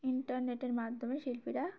ইন্টারনেটের মাধ্যমে শিল্পীরা